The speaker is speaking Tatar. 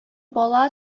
бала